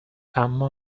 اما